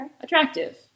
attractive